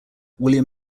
william